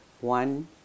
one